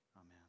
amen